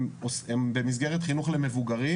הם במסגרת חינוך למבוגרים,